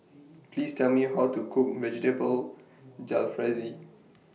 Please Tell Me How to Cook Vegetable Jalfrezi